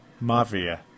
Mafia